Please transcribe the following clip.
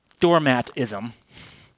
doormatism